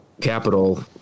capital